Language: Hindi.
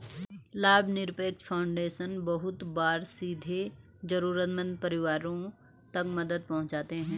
लाभनिरपेक्ष फाउन्डेशन बहुत बार सीधे जरूरतमन्द परिवारों तक मदद पहुंचाते हैं